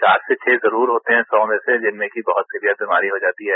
चार से छह जरूर होते हैं सौ में से जिनमें कि वहूत सीवियर बीमारी हो जाती है